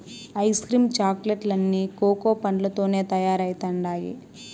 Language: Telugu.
ఐస్ క్రీమ్ చాక్లెట్ లన్నీ కోకా పండ్లతోనే తయారైతండాయి